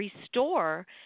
restore